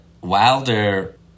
Wilder